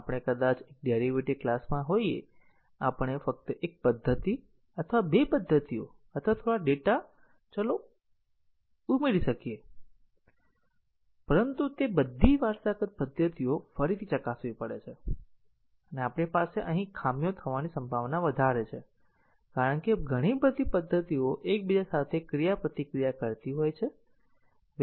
આપણે કદાચ એક ડેરીવેટીવ ક્લાસમાં હોઈએ આપણે ફક્ત એક પદ્ધતિ અથવા બે પદ્ધતિઓ અથવા થોડા ડેટા ચલો ઉમેરી શકીએ પરંતુ તે બધી વારસાગત પદ્ધતિઓ ફરીથી ચકાસવી પડે છે અને આપણી પાસે અહીં ખામીઓ થવાની સંભાવના વધારે છે કારણ કે ઘણી બધી પદ્ધતિઓ એકબીજા સાથે ક્રિયાપ્રતિક્રિયા કરતી હોય છે